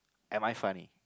am I funny